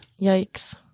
Yikes